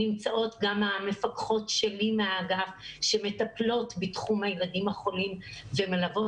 נמצאות גם המפקחות שלי מהאגף שמטפלות בתחום הילדים החולים ומלוות